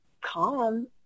calm